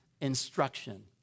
instruction